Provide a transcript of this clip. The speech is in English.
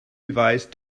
device